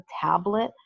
tablet